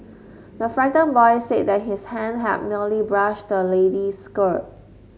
the frightened boy said that his hand had merely brushed the lady's skirt